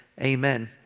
amen